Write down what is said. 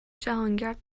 جهانگرد